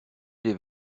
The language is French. les